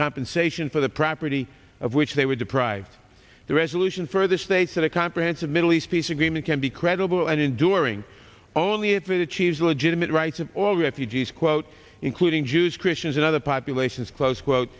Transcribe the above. compensation for the property of which they were deprived the resolution further states that a comprehensive middle east peace agreement can be credible and enduring only it with achieves legitimate rights of all refugees quote including jews christians and other populations close quote